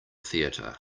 theater